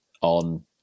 on